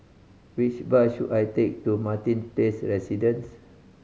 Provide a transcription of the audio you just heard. which bus should I take to Martin Place Residence